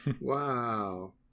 Wow